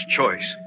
choice